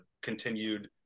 continued